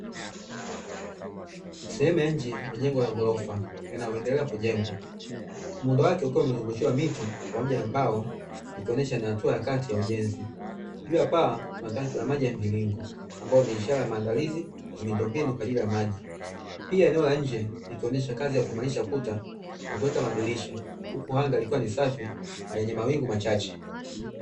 Sehemu ya nje ya jengo la ghorofa linaloendelea kujengwa. Muundo wake ukiwa umezungushiwa miti pamoja na mbao ikionyesha ni hatua ya kati ya ujenzi. Juu ya paa kuna tanki la maji la mviringo ambayo ni ishara ya maandalizi ya miundombinu kwa ajili ya maji. Pia eneo la nje likionyesha kazi ya kuimarisha ukuta na kuweka madirisha; huku anga likiwa ni safi na yenye mawingu machache.